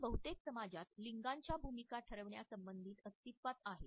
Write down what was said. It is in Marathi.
जे बहुतेक समाजात लिंगाच्या भूमिका ठरविण्या संबंधित अस्तित्वात आहे